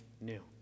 new